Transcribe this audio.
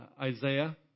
Isaiah